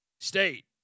State